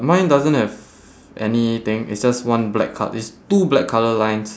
mine doesn't have anything it's just one black col~ it's two black colour lines